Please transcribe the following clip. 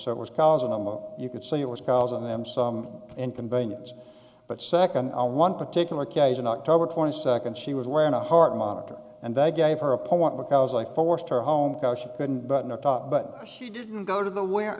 so it was causing them you could see it was causing them some inconvenience but second on one particular occasion october twenty second she was wearing a heart monitor and they gave her a point because they forced her home kosher couldn't but no top but she didn't go to the where